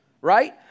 right